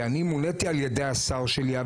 כי אני מוניתי על ידי השר שלי,